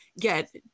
get